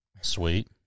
Sweet